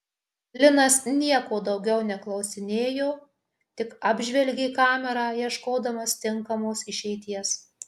linas nieko daugiau neklausinėjo tik apžvelgė kamerą ieškodamas tinkamos išeities